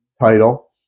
title